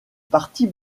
parties